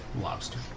Lobster